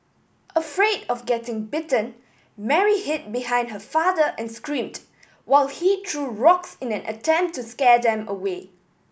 afraid of getting bitten Mary hid behind her father and screamed while he threw rocks in an attempt to scare them away